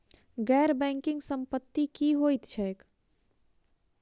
गैर बैंकिंग संपति की होइत छैक?